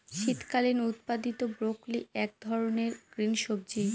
শীতকালীন উৎপাদীত ব্রোকলি হল এক ধরনের গ্রিন সবজি